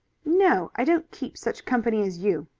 no, i don't keep such company as you.